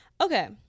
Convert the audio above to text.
okay